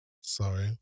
Sorry